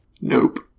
Nope